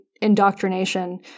indoctrination